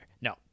no